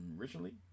originally